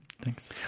Thanks